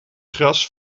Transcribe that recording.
gras